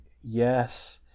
Yes